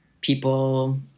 people